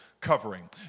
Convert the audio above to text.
covering